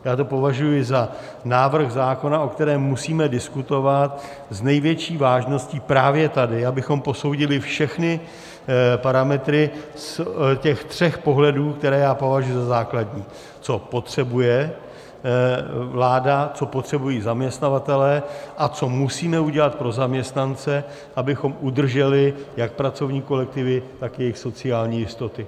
Já to považuji za návrh zákona, o kterém musíme diskutovat s největší vážností právě tady, abychom posoudili všechny parametry z těch tří pohledů, které já považuji za základní co potřebuje vláda, co potřebují zaměstnavatelé a co musíme udělat pro zaměstnance, abychom udrželi jak pracovní kolektivy, tak jejich sociální jistoty.